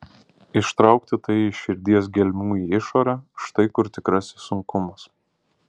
ištraukti tai iš širdies gelmių į išorę štai kur tikrasis sunkumas